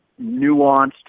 nuanced